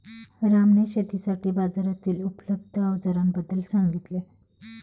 रामने शेतीसाठी बाजारातील उपलब्ध अवजारांबद्दल सांगितले